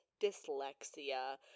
dyslexia